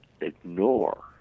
ignore